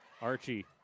Archie